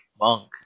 monk